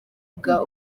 bwa